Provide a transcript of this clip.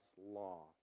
law